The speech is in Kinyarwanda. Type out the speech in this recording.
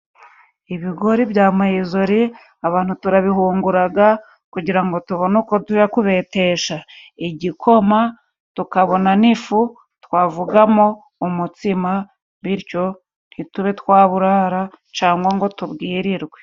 Ibigori bya mayizori abantu turabihunguraga kugira ngo tubone uko tuja kubetesha igikoma, tukabona n'ifu twavugamo umutsima. Bityo ntitube twaburara, cangwa ngo tubwirirwe.